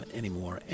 anymore